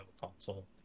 console